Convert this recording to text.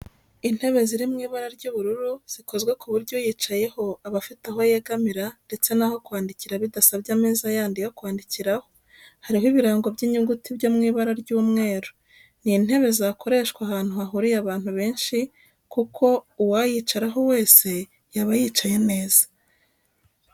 Intebe ziri mu ibara ry'ubururu zikozwe ku buryo uyicayeho aba afite aho yegamira ndetse n'aho kwandikira bidasabye ameza yandi yo kwandikiraho, hariho ibirango by'inyuguti byo mu ibara ry'umweru. Ni intebe zakoreshwa ahantu hahuriye abantu benshi kuko uwayicaraho wese yaba yicaye neza.